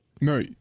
No